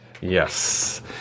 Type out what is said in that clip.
Yes